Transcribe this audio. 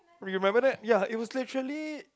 remember that ya it was literally